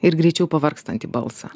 ir greičiau pavargstantį balsą